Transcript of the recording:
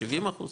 70 אחוז,